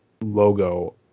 logo